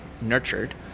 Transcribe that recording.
nurtured